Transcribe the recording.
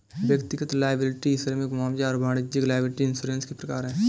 व्यक्तिगत लॉयबिलटी श्रमिक मुआवजा और वाणिज्यिक लॉयबिलटी इंश्योरेंस के प्रकार हैं